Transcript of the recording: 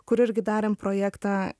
kur irgi darėm projektą